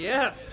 Yes